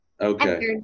Okay